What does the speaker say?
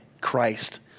Christ